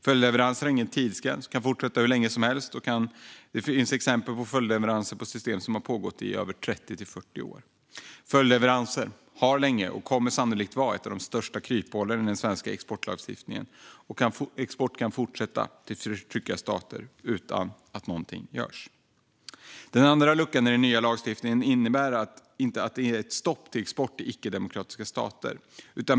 Följdleveranser har ingen tidsgräns utan kan fortsätta hur länge som helst. Det finns exempel på system till vilka följdleveranser pågått i 30-40 år. Följdleveranser har länge varit ett av de största kryphålen i den svenska exportlagstiftningen och kommer sannolikt att fortsätta vara det. De innebär att export kan fortsätta till förtryckarstater utan att någonting görs. Den andra luckan i den nya lagstiftningen är att den inte innebär ett stopp för export till icke-demokratiska stater.